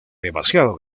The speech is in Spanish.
demasiado